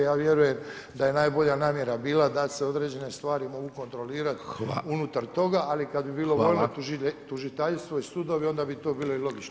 Je vjerujem da je najbolja namjera bila da se određene stvari mogu kontrolirati unutar toga, ali kada bi bilo voljno tužiteljstvo i sudovi onda bi to bilo i logično